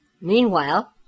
meanwhile